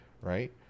right